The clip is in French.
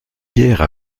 guerres